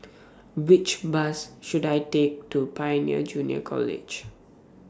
Which Bus should I Take to Pioneer Junior College